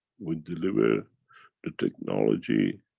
we deliver the technology